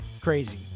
crazy